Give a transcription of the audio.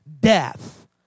death